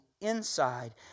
Inside